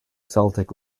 celtic